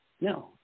No